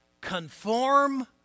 conform